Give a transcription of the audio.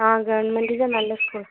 ആ ഗവണ്മെൻറ്റിലെ നല്ല സ്കൂള്